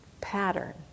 pattern